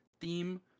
theme